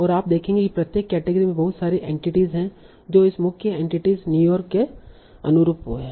और आप देखेंगे कि प्रत्येक केटेगरी में बहुत सारी एंटिटीस हैं जो इस मुख्य एंटिटी न्यूयॉर्क के अनुरूप हैं